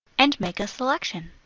and make a selection.